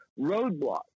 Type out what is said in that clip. Roadblock